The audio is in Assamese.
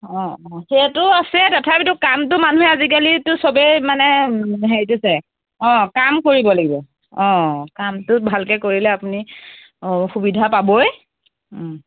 অঁ অঁ সেইটো আছেই তথাপিতো কামটো মানুহে আজিকালিতো চবেই মানে হেৰিটো চায় অঁ কাম কৰিব লাগিব অঁ কামটো ভালকৈ কৰিলে আপুনি সুবিধা পাবই